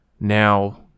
now